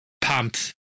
pumped